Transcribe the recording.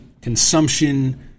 Consumption